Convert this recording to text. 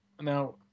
Now